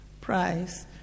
price